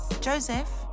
Joseph